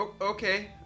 Okay